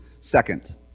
second